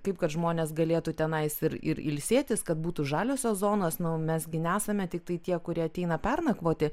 kaip kad žmonės galėtų tenai ir ir ilsėtis kad būtų žaliosios zonos nu mes gi nesame tiktai tie kurie ateina pernakvoti